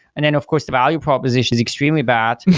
and then of course, the value proposition is extremely bad.